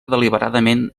deliberadament